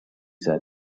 said